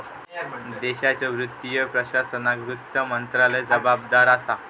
देशाच्यो वित्तीय प्रशासनाक वित्त मंत्रालय जबाबदार असा